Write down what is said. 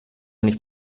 nicht